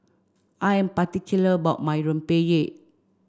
I am particular about my Rempeyek